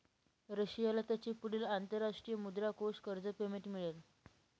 रशियाला त्याचे पुढील अंतरराष्ट्रीय मुद्रा कोष कर्ज पेमेंट मिळेल